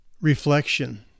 reflection